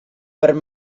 perd